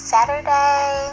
Saturday